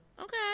Okay